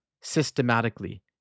systematically